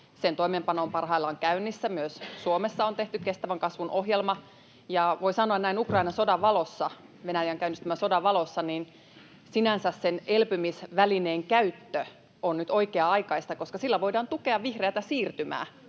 Sen toimeenpano on parhaillaan käynnissä, ja myös Suomessa on tehty kestävän kasvun ohjelma. Ja voi sanoa näin Ukrainan sodan valossa — Venäjän käynnistämän sodan valossa — että sinänsä sen elpymisvälineen käyttö on nyt oikea-aikaista, koska sillä voidaan tukea vihreätä siirtymää,